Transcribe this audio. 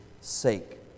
sake